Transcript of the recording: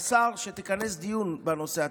השר, שתכנס דיון בנושא.